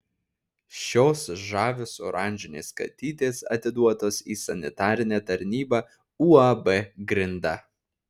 šios žavios oranžinės katytės atiduotos į sanitarinę tarnybą uab grinda